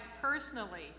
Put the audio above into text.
personally